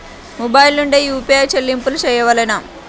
Mobile నుండే UPI చెల్లింపులు చేయవలెనా?